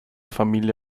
familie